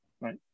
right